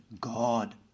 God